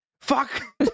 Fuck